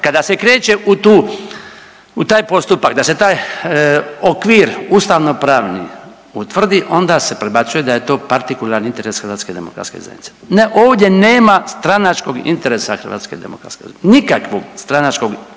kada se kreće u tu u taj postupak da se taj okvir ustavno pravni utvrdi onda se prebacuje da je to partikularni interes HDZ-a. Ne, ovdje nema stranačkog interesa HDZ-a. Nikakvog stranačkog interesa